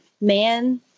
man